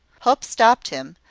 hope stopped him,